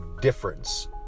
difference